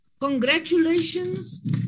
congratulations